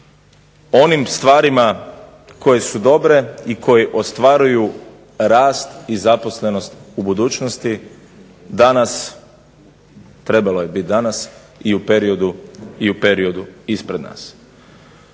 onim stvarima koje su dobre i koje ostvaruju rast i zaposlenost u budućnosti danas trebalo je biti danas i u periodu ispred nas.